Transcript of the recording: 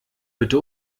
bitte